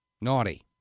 naughty